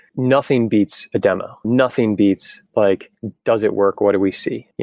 nothing beats a demo. nothing beats like, does it work? what do we see?